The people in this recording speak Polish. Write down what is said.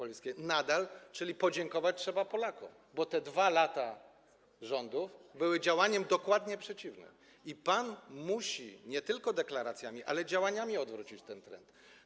A więc trzeba podziękować Polakom, bo te 2 lata rządów były działaniem dokładnie przeciwnym, i pan musi nie tylko deklaracjami, ale i działaniami odwrócić ten trend.